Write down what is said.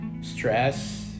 stress